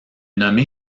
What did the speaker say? nommé